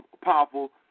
powerful